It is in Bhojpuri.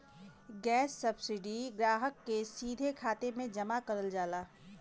गैस सब्सिडी ग्राहक के सीधा खाते में जमा करल जाला